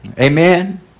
Amen